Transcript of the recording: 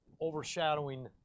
overshadowing